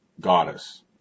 goddess